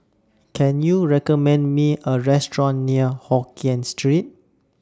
Can YOU recommend Me A Restaurant near Hokien Street